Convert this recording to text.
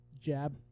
jab